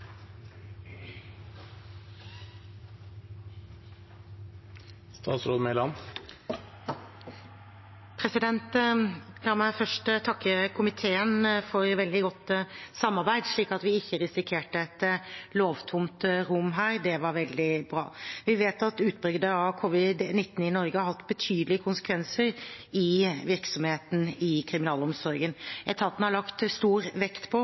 La meg først takke komiteen for et veldig godt samarbeid, slik at vi ikke risikerte et lovtomt rom her. Det var veldig bra. Vi vet at utbruddet av covid-19 i Norge har hatt betydelige konsekvenser for virksomheten i kriminalomsorgen. Etaten har lagt stor vekt på